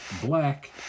black